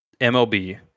MLB